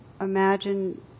imagine